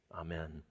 Amen